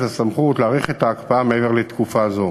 הסמכות להאריך את ההקפאה מעבר לתקופה זו.